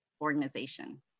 Organization